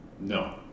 No